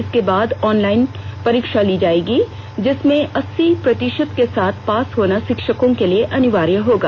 इसके बाद ऑनलाइन परीक्षा ली जाएगी जिसमें अस्सी प्रतिशत के साथ पास होना शिक्षकों के लिए अनिवार्य होगा